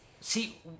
See